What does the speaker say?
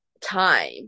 time